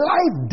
Life